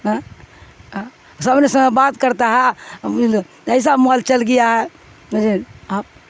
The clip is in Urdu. سبنے س میں بات کرتا ہے ایسا مال چل گیا ہے ب آپ